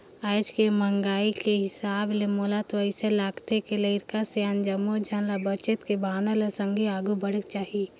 आज के महंगाई के हिसाब ले मोला तो अइसे लागथे के लरिका, सियान जम्मो झन ल बचत के भावना ले संघे आघु बढ़ेक चाही